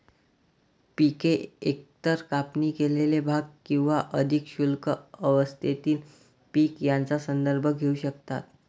पिके एकतर कापणी केलेले भाग किंवा अधिक शुद्ध अवस्थेतील पीक यांचा संदर्भ घेऊ शकतात